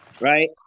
right